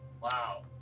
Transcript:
Wow